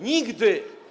Nigdy.